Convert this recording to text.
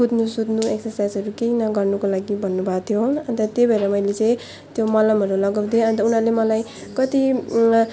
कुद्नु सुद्नु एक्सर्साइजहरू केही नगर्नुको लागि भन्नुभएको थियो अन्त त्यही भएर मैले चाहिँ त्यो मलमहरू लगाउँथेँ अन्त उनीहरूले मलाई कति